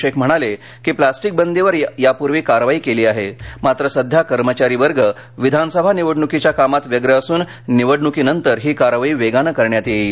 शेख म्हणाले की प्लास्टीक बंदीवर कारवाई यापूर्वी केली आहे मात्र सध्या कर्मचारी वर्ग विधानसभा निवडणूकीच्या कामात व्यग्र असून निवडणूकीनंतर ही कारवाई वेगानं करण्यात येईल